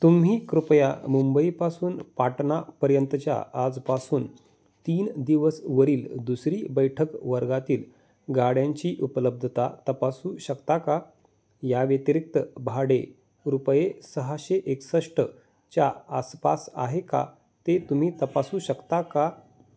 तुम्ही कृपया मुंबईपासून पाटनापर्यंतच्या आजपासून तीन दिवसावरील दुसरी बैठक वर्गातील गाड्यांची उपलब्धता तपासू शकता का या व्यतिरिक्त भाडे रुपये सहाशे एकसष्ठच्या आसपास आहे का ते तुम्ही तपासू शकता का